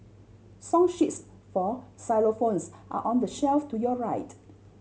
song sheets for xylophones are on the shelf to your right